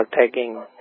tagging